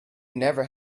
never